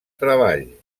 treball